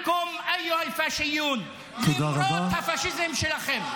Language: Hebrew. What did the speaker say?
להלן תרגומם:) למרות הפשיזם שלכם.